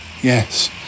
yes